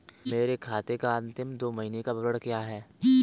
मेरे खाते का अंतिम दो महीने का विवरण क्या है?